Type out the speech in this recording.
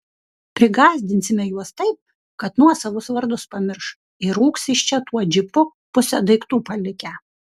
prigąsdinsime juos taip kad nuosavus vardus pamirš ir rūks iš čia tuo džipu pusę daiktų palikę